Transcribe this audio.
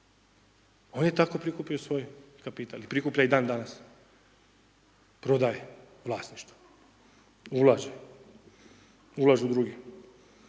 On je tako prikupio svoj kapital i prikuplja i dan danas, prodaje vlasništvo, ulaže, ulažu drugi.